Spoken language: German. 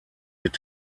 mit